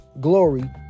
glory